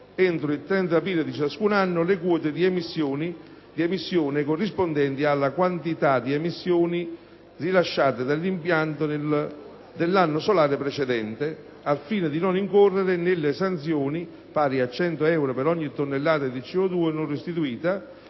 entro il 30 aprile di ciascun anno, le quote di emissione corrispondenti alle quantità di emissioni rilasciate dall'impianto nell'anno solare precedente, al fine di non incorrere nelle sanzioni, pari a 100 euro per ogni tonnellata di CO2 non restituita,